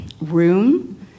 room